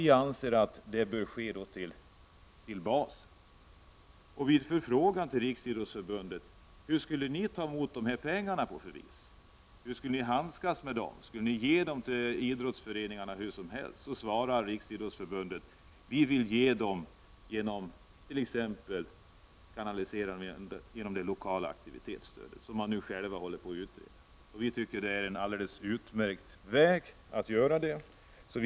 Vi anser att det bör ske till basen. Vid en förfrågan hos Riksidrottsförbundet om hur man skulle ta emot pengarna, hur man skulle handskas med dem, och om pengarna skulle ges till idrottsföreningarna osv., svarade Riksidrottsförbundet att man vill kanalisera pengarna genom det lokala aktivitetsstödet. Det är en fråga som förbundet självt håller på att utreda. Vi i vpk tycker att det är en alldeles utmärkt väg att göra så.